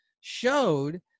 showed